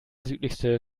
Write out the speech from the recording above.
südlichste